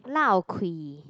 lao kui